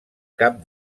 cap